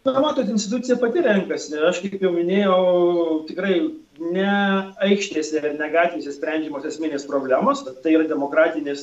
tada matot institucija pati renkasi aš kaip jau minėjau tikrai ne aikštėse ne gatvėse sprendžiamos esminės problemos tai yra demokratinės